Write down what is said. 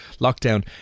lockdown